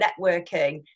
networking